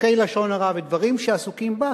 חוקי לשון הרע ודברים שעסוקים בה,